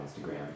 Instagram